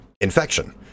infection